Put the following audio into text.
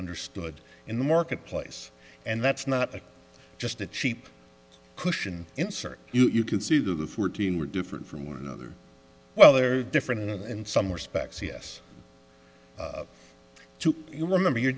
understood in the marketplace and that's not just a cheap cushion insert you can see the fourteen were different from one another well they are different in and some respects e s to you remember you're